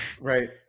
right